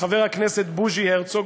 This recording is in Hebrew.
חבר הכנסת בוז'י הרצוג.